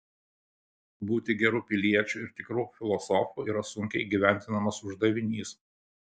būti geru piliečiu ir tikru filosofu yra sunkiai įgyvendinamas uždavinys